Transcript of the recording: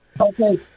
Okay